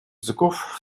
языков